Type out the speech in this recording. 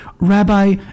Rabbi